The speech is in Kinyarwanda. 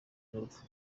n’urupfu